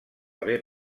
haver